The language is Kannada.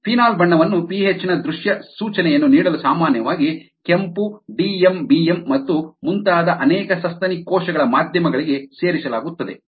ಫೀನಾಲ್ ಬಣ್ಣವನ್ನು ಪಿಹೆಚ್ ನ ದೃಶ್ಯ ಸೂಚನೆಯನ್ನು ನೀಡಲು ಸಾಮಾನ್ಯವಾಗಿ ಕೆಂಪು ಡಿಎಂಬಿಎಂ ಮತ್ತು ಮುಂತಾದ ಅನೇಕ ಸಸ್ತನಿ ಕೋಶಗಳ ಮಾಧ್ಯಮಗಳಿಗೆ ಸೇರಿಸಲಾಗುತ್ತದೆ